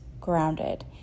grounded